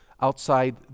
outside